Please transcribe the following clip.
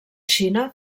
xina